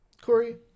Corey